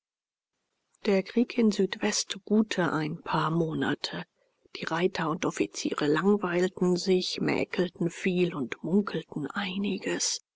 der krieg in südwest ruhte ein paar monate die reiter und offiziere langweilten sich mäkelten viel und munkelten einiges